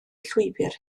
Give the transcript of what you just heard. llwybr